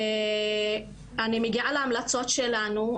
אני מגיעה להמלצות שלנו,